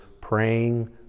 Praying